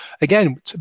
again